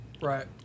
Right